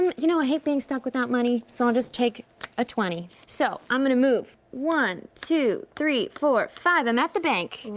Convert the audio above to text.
um you know, i ah hate being stuck without money, so i'll just take a twenty. so i'm gonna move one, two, three, four, five. i'm at the bank.